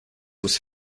was